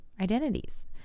identities